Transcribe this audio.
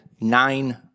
nine